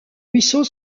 ruisseau